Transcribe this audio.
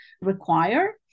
require